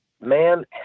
man